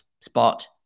spot